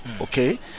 okay